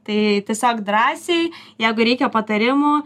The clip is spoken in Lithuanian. tai tiesiog drąsiai jeigu reikia patarimo